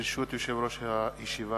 ברשות יושב-ראש הישיבה,